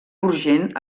urgent